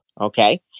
okay